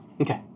Okay